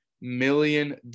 million